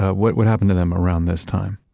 what would happen to them around this time?